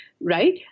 Right